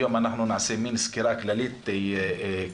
היום אנחנו נעשה מין סקירה כללית כזאת.